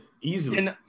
easily